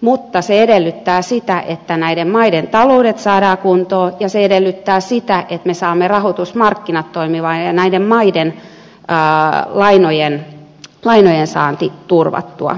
mutta se edellyttää sitä että näiden maiden taloudet saadaan kuntoon ja se edellyttää sitä että me saamme rahoitusmarkkinat toimimaan ja näiden maiden lainojensaanti turvattua